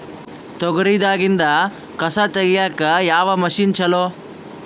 ತೊಗರಿ ದಾಗಿಂದ ಕಸಾ ತಗಿಯಕ ಯಾವ ಮಷಿನ್ ಚಲೋ?